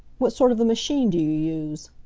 what sort of a machine do you use?